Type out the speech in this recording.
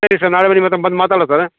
ಸರಿ ಸರ್ ನಾಳೆಗೆ ನಿಮ್ಮ ಹತ್ರಕ್ ಬಂದು ಮಾತಾಡ್ಲಾ ಸರ್